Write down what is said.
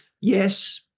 yes